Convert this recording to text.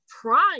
prime